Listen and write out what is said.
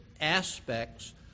aspects